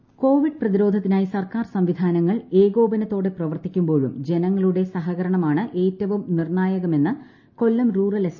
Ilango intro Covid പ്രതിരോധത്തിനായി സർക്കാർ സംവിധാനങ്ങൾ ഏകോപനത്തോടെ പ്രവർത്തിക്കുമ്പോഴും ജനങ്ങളുടെ സഹകരണമാണ് ഏറ്റവും നിർണ്ണായകമെന്ന് കൊല്ലം റൂറൽ എസ്